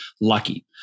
lucky